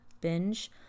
binge